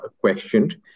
questioned